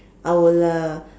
I will uh